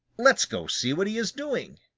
let's go see what he is doing,